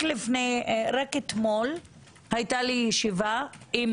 רק אתמול הייתה לי ישיבה עם